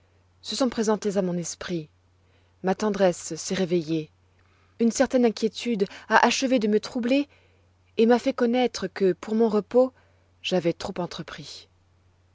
se sont présentés à mon esprit ma tendresse s'est réveillée une certaine inquiétude a achevé de me troubler et m'a fait connoître que pour mon repos j'avois trop entrepris